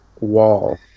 wall